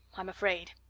i'm afraid!